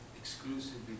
exclusively